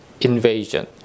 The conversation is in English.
invasion